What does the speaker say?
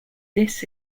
this